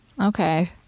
Okay